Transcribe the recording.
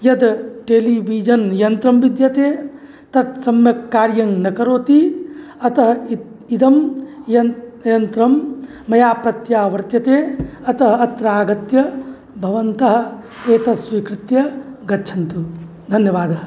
यद् टेलीविजन् यन्त्रं विद्यते तत् सम्यक् कार्यं न करोति अतः इ इदं य यन्त्रं मया प्रत्यावर्त्यते अतः अत्र आगत्य भवन्तः एतत् स्वीकृत्य गच्छन्तु धन्यवादः